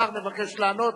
אדוני היושב-ראש,